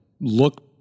look